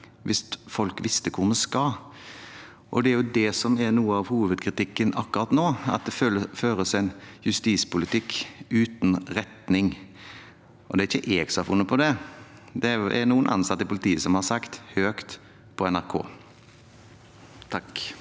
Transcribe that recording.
hvis folk visste hvor vi skal. Det er det som er noe av hovedkritikken akkurat nå, at det føres en justispolitikk uten retning. Det er det ikke jeg som har funnet på, det er det noen ansatte i politiet som har sagt høyt på NRK.